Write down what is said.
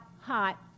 hot